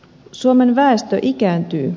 suomen väestö ikääntyy